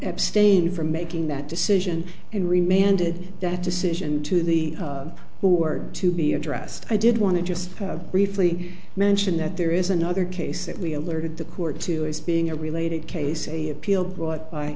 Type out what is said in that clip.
abstain from making that decision and remain ended that decision to the who are to be addressed i did want to just briefly mention that there is another case that we alerted the court to as being a related case a appeal brought by